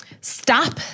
stop